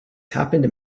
happened